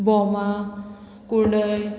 बोमा कुंडय